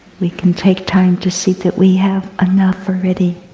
we can take time to see that we have enough already